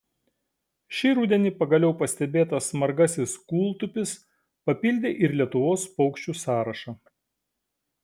šį rudenį pagaliau pastebėtas margasis kūltupis papildė ir lietuvos paukščių sąrašą